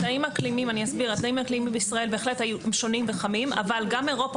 התנאים האקלימיים בישראל בהחלט הם שונים וחמים אבל גם אירופה